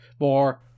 more